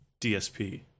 DSP